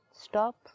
Stop